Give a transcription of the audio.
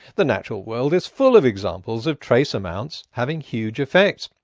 the natural world is full of examples of trace amounts having huge effects.